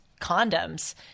condoms